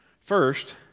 First